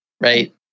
right